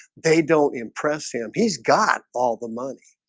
they don't impress him. he's got all the money.